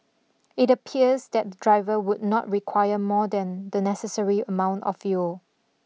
it appears that the driver would not require more than the necessary amount of fuel